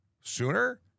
sooner